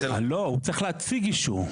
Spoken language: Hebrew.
לא, הוא צריך להציג אישור.